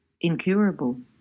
incurable